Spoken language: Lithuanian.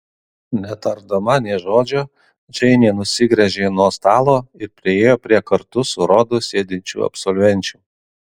netardama nė žodžio džeinė nusigręžė nuo stalo ir priėjo prie kartu su rodu sėdinčių absolvenčių